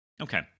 Okay